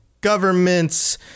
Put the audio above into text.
governments